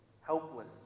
helpless